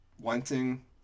wanting